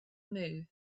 move